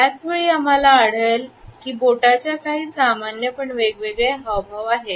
त्याच वेळी आम्हाला आढळले आहे की बोटाच्या काही सामान्य पण वेगवेगळे हावभाव आहेत